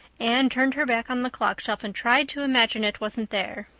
anne turned her back on the clock shelf and tried to imagine it wasn't there.